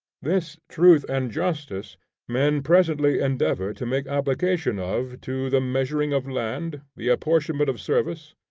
this truth and justice men presently endeavor to make application of to the measuring of land, the apportionment of service,